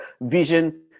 vision